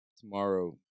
tomorrow